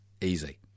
Easy